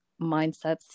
mindsets